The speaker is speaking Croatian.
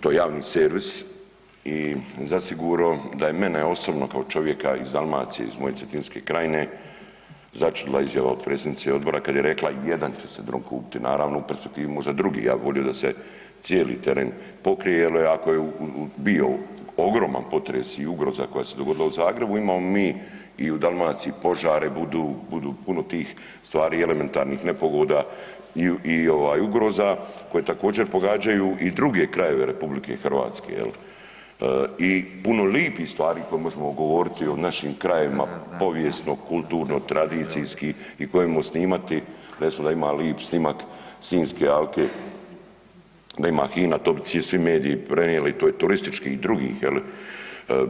To je javni servis i zasigurno da je mene osobno kao čovjeka iz Dalmacije, iz moje Cetinske krajine, začudila izjava od predsjednice odbora kad je rekla jedan će se dron kupiti, naravno u perspektivi možda drugi, ja bi volio da se cijeli teren pokrije jer ako je bio ogroman potres i ugroza koja se dogodila u Zagrebu, imamo mi i u Dalmaciji požara, budu puno tih stvari i elementarnih nepogoda i ugroza koje također pogađaju i druge krajeve RH, jel, i puno lijepih stvari koje može govoriti o našim krajevima, povijesno, kulturno, tradicijski i koje možemo snimati, recimo da ima lijep snimak Sinjske alke, da ima HINA, to bi svi mediji prenijeli, to je turističkih i dr.